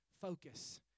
focus